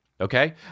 Okay